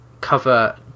cover